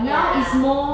ya